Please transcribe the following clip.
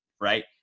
right